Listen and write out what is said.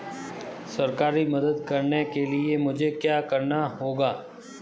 सरकारी मदद के लिए मुझे क्या करना होगा?